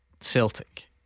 Celtic